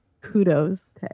kudos